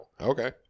Okay